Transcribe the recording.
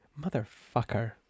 Motherfucker